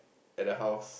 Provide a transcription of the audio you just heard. at the house